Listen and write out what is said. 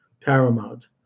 paramount